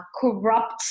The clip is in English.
corrupt